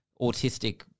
autistic